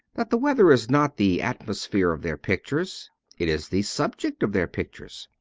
that the weather is not the atmosphere of their pictures it is the subject of their pictures.